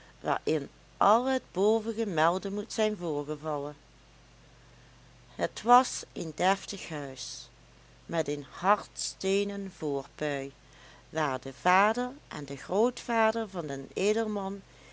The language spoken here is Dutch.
waarin al het bovengemelde moet zijn voorgevallen het was een deftig huis met een hardsteenen voorpui waar de vader en de grootvader van den edelman